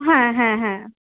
হ্যাঁ হ্যাঁ হ্যাঁ